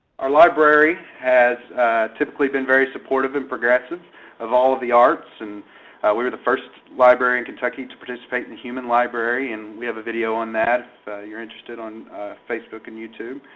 our library has typically been very supportive and progressive of all of the arts. and we were the first library in kentucky to participate in human library and we have a video on that if you're interested, on facebook and youtube.